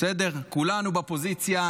כולנו בפוזיציה,